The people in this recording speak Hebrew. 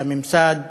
הממסד